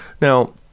now